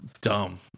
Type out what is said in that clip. dumb